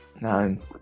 nine